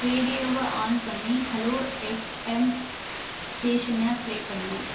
ரேடியோவை ஆன் பண்ணி Hello FM ஸ்டேஷனை ப்ளே பண்ணு